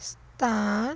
ਸਤਾਨ